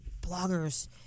bloggers